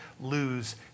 lose